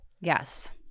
yes